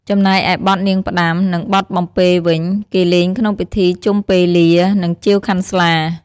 ចំណែកឯបទនាងផ្ដាំ និងបទបំពេរវិញ គេលេងក្នុងពិធីជុំពេលា និងជាវខាន់ស្លា។